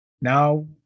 Now